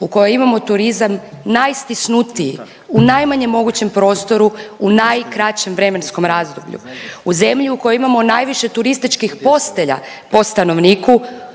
u kojoj imamo turizam najstisnutiji u najmanjem mogućem prostoru u najkraćem vremenskom razdoblju, u zemlji u kojoj imamo najviše turističkih postelja po stanovniku